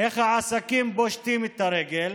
איך העסקים פושטים את הרגל,